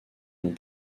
non